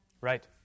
Right